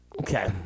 Okay